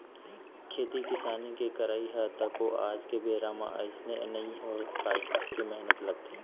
खेती किसानी के करई ह तको आज के बेरा म अइसने नइ हे काहेच के मेहनत लगथे